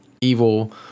evil